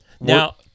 Now